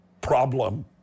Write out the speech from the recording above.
problem